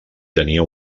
tenia